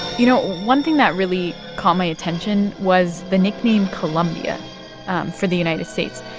you know, one thing that really caught my attention was the nickname columbia for the united states.